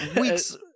weeks